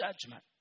judgment